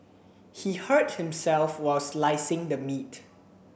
he hurt himself while slicing the meat